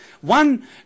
One